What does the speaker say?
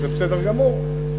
זה בסדר גמור,